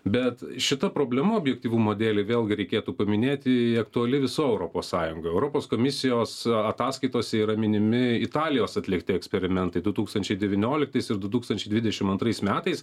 bet šita problema objektyvumo dėlei vėlgi reikėtų paminėti aktuali visoj europos sąjungoj europos komisijos ataskaitose yra minimi italijos atlikti eksperimentai du tūkstančiai devynioliktais ir du tūkstančiai dvidešimt antrais metais